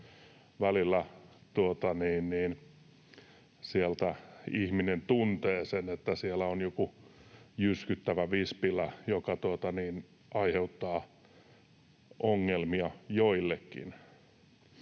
välillä ihminen tuntee sen, että siellä on joku jyskyttävä vispilä, joka aiheuttaa ongelmia joillekin